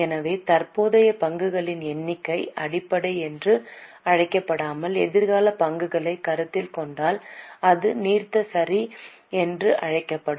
எனவே தற்போதைய பங்குகளின் எண்ணிக்கை அடிப்படை என்று அழைக்கப்பட்டால் எதிர்கால பங்குகளை கருத்தில் கொண்டால் அது நீர்த்த சரி என்று அழைக்கப்படும்